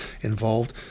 involved